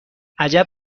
عجب